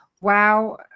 Wow